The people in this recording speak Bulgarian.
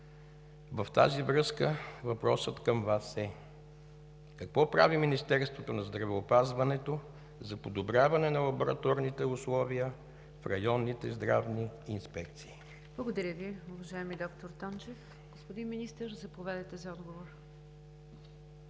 В тази връзка въпросът към Вас е: какво прави Министерството на здравеопазването за подобряване на лабораторните условия в районните здравни инспекции? ПРЕДСЕДАТЕЛ НИГЯР ДЖАФЕР: Благодаря Ви, уважаеми доктор Тончев. Господин Министър, заповядайте за отговор.